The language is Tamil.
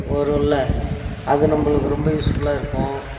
வரும்ல அது நம்மளுக்கு ரொம்ப யூஸ் ஃபுல்லாக இருக்கும்